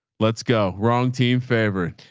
let's go wrong team favorite.